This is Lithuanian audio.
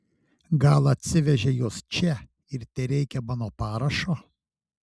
gal atsivežei juos čia ir tereikia mano parašo